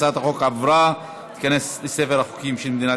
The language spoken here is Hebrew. הצעת החוק עברה ותיכנס לספר החוקים של מדינת